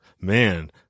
Man